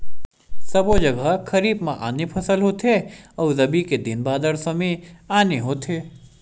सबो जघा खरीफ म आने फसल होथे अउ रबी के दिन बादर समे आने होथे